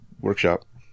workshop